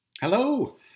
Hello